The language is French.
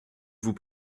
vous